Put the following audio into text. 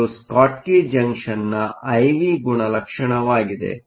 ಇದು ಸ್ಕಾಟ್ಕಿ ಜಂಕ್ಷನ್ನ I V ಗುಣಲಕ್ಷಣವಾಗಿದೆ